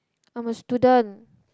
I'm a student